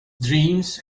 dreams